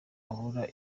abura